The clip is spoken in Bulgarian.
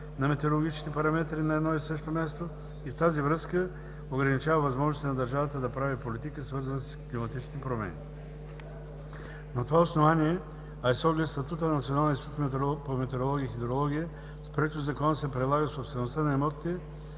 на метеорологичните параметри на едно и също място и в тази връзка ограничава възможностите на държавата да прави политики, свързани с климатичните промени. На това основание, а и с оглед статута на Националния институт по метеорология и хидрология с Проектозакона се прилага собствеността на имотите